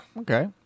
Okay